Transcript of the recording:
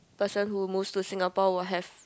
person who move to Singapore will have